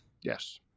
Yes